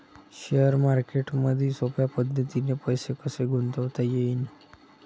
Share मार्केटमधी सोप्या पद्धतीने पैसे कसे गुंतवता येईन?